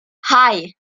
hei